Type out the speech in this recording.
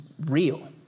real